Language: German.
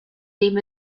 dem